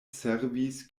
servis